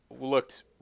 looked